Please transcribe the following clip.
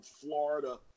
Florida